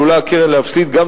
הקרן עלולה להפסיד כספים,